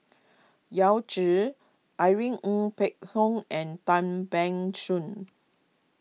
Yao Zi Irene Ng Phek Hoong and Tan Ban Soon